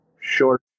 short